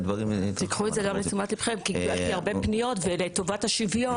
קחו את זה לתשומת ליבכם כי קיבלתי הרבה פניות ולטובת השוויון